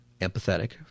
empathetic